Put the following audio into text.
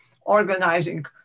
organizing